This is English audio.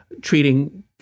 treating